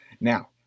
Now